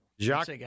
Jacques